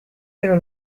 pero